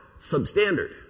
substandard